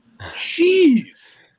Jeez